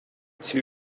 too